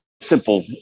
simple